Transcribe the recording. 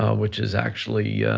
ah which is actually,